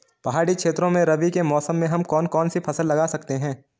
पहाड़ी क्षेत्रों में रबी के मौसम में हम कौन कौन सी फसल लगा सकते हैं?